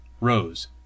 rose